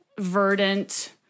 Verdant